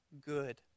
good